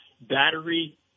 battery